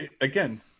again-